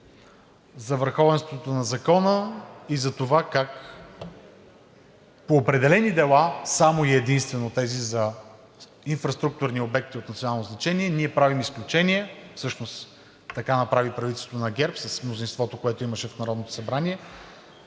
за върховенството на закона и за това как по определени дела – само и единствено тези за инфраструктурни обекти от национално значение, ние правим изключение. Всъщност така направи правителството на ГЕРБ с мнозинството, което имаше в Народното събрание